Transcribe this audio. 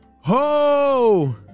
Ho